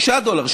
6 דולר,